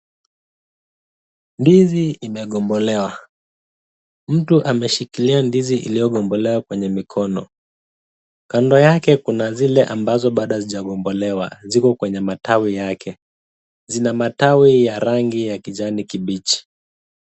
Ndizi imegombolewa ,mtu ameshikilia ndizi iliyogombolewa kwenye mikono ,kando yake kuna zile ambazo bado hazijagombolewa, ziko kwenye matawi yake. Zina matawi ya rangi ya kijani kibichi.